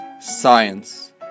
science